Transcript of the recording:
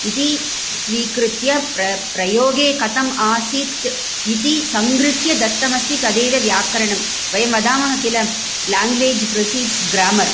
इति स्वीकृत्य प्रयोगे कथम् आसीत् इति संगृह्य दत्तमस्ति तदेव व्याकरणं वयं वदामः किल लेङ्ग्वेज् प्रोसिड्स् ग्रामर्